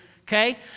okay